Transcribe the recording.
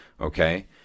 Okay